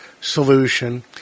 solution